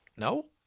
No